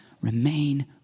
remain